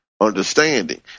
understanding